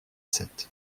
sept